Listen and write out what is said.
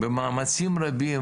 במאמצים רבים,